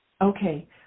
Okay